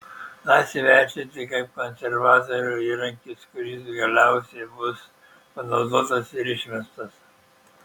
naciai vertinti kaip konservatorių įrankis kuris galiausiai bus panaudotas ir išmestas